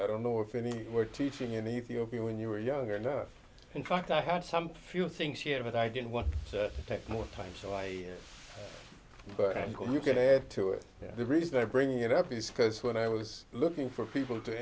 i don't know if any were teaching in ethiopia when you were younger and in fact i had some few things here but i didn't want to take more time so i am going to add to it the reason i bring it up is because when i was looking for people to